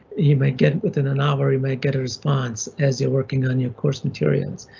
you might get it within an hour you might get a response as you're working on your course materials.